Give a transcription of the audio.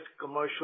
commercial